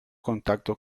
contacto